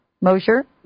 mosher